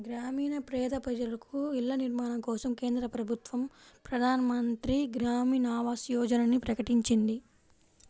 గ్రామీణ పేద ప్రజలకు ఇళ్ల నిర్మాణం కోసం కేంద్ర ప్రభుత్వం ప్రధాన్ మంత్రి గ్రామీన్ ఆవాస్ యోజనని ప్రకటించింది